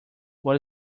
what